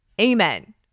Amen